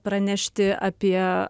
pranešti apie